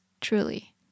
truly